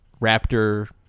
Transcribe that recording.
Raptor